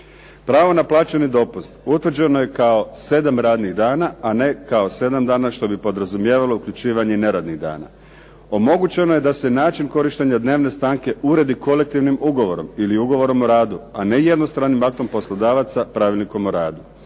Pravo na plaćeni dopust, utvrđeno je kao 7 radnih dana, a ne kao 7 dana što bi podrazumijevalo uključivanje i neradnih dana. Omogućeno je da se način korištenja dnevne stanke uredi kolektivnim ugovorom ili ugovorom o radu, a ne jednostranim aktom poslodavaca pravilnikom o radu.